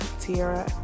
Tiara